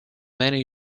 many